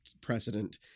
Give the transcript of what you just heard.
precedent